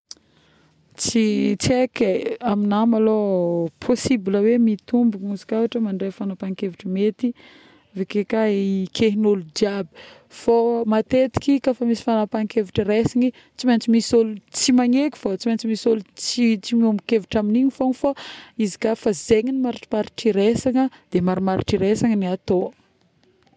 Tsy tsy haiky ee, amina malôha possible hoe mitombogno izy ka mandray fagnapahan-kevitra mety evike ka ka ekegn'olo jiaby, fô fa matetiky misy fagnapahan-kevitra raisigny tsy maintsy misy ôlo tsy magnaiky fô, tsy maintsy misy ôlo tsy, tsy miombon-kevitra amin'ingy fôgno fô, izy ka zegny marimaritr'iraisagna de marimaritr'iraisagna ny atô